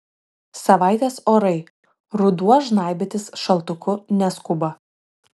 savaitės orai ruduo žnaibytis šaltuku neskuba